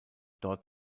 dort